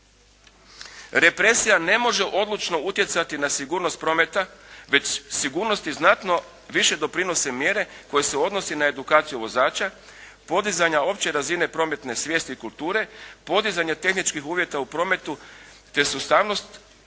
Represija ne može odlučno utjecati na sigurnost prometa, već sigurnosti znatno više doprinose mjere koje se odnose na edukaciju vozača, podizanja opće razine prometne svijesti i kulture, podizanja tehničkih uvjeta u prometu, te sustavnost